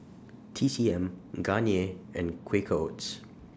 T C M Garnier and Quaker Oats